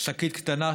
שקית קטנה,